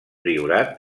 priorat